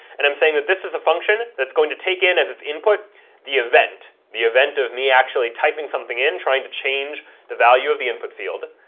and i'm saying that this is a function that's going to take in as its input the event, the event of me actually typing something in, trying to change the value of the input field.